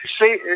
see